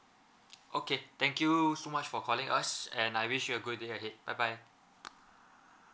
okay thank you so much for calling us and I wish a good day ahead bye bye